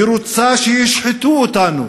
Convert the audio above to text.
היא רוצה שישחטו אותנו